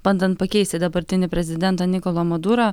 bandant pakeisti dabartinį prezidentą nikolą madurą